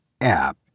app